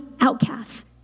outcasts